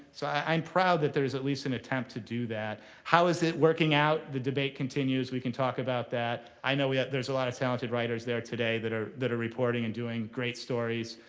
so i'm proud that there is at least an attempt to do that. how is it working out? the debate continues, we can talk about that. i know yeah there's a lot of talented writers there today that are that are reporting and doing great stories.